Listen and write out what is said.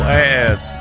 ass